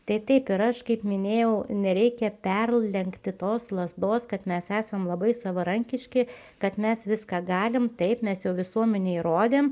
tai taip ir aš kaip minėjau nereikia perlenkti tos lazdos kad mes esam labai savarankiški kad mes viską galim taip mes jau visuomenei įrodėm